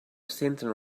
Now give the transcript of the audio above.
centren